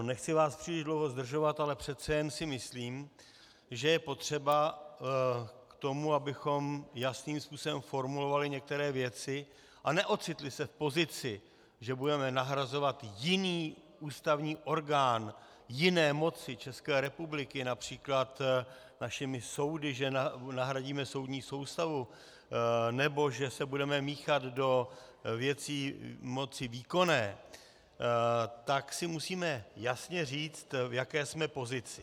Nechci vás příliš dlouho zdržovat, ale přece jen si myslím, že je potřeba k tomu, abychom jasným způsobem formulovali některé věci a neocitli se v pozici, že budeme nahrazovat jiný ústavní orgán jiné moci České republiky, například našimi soudy že nahradíme soudní soustavu, nebo že se budeme míchat do věcí moci výkonné, tak si musíme jasně říct, v jaké jsme pozici.